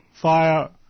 fire